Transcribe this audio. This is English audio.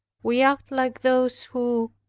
we act like those, who,